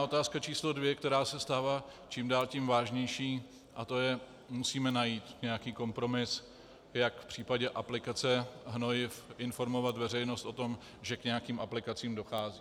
Otázka číslo dvě, která se stává čím dál tím vážnější, je to, že musíme najít nějaký kompromis, jak v případě aplikace hnojiv informovat veřejnost o tom, že k nějakým aplikacím dochází.